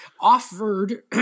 offered